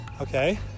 okay